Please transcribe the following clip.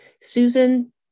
Susan